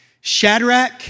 Shadrach